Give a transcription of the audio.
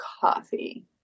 coffee